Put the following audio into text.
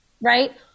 right